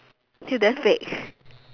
till the fake